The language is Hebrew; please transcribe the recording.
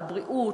לבריאות,